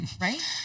right